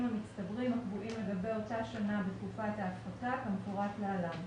המצטברים הקבועים לגבי אותה שנה בתקופת ההפחתה כמפורט להלן: